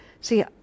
see